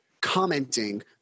commenting